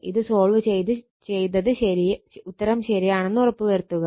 ഇത് സോൾവ് ചെയയ്ത് ഉത്തരം ശരിയാണെന്ന് ഉറപ്പ് വരുത്തുക